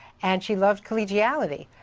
and she loved collegiality.